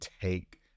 take